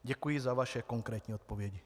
Děkuji za vaše konkrétní odpovědi.